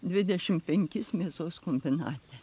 dvidešimt penkis mėsos kombinate